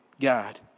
God